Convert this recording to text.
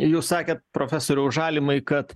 jūs sakėt profesoriau žalimai kad